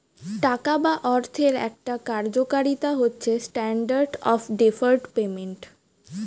টাকা বা অর্থের একটা কার্যকারিতা হচ্ছে স্ট্যান্ডার্ড অফ ডেফার্ড পেমেন্ট